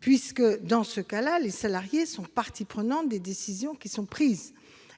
puisque les salariés sont partie prenante des décisions prises.